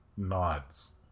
Nods